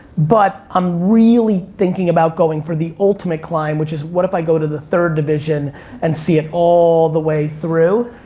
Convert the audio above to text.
but i'm really thinking about going for the ultimate climb which is what if i go to the third division and see it all the way through?